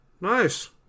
Nice